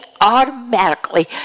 automatically